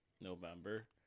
November